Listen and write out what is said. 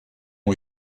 ont